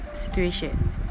Situation